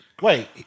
Wait